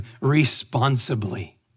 responsibly